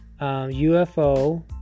UFO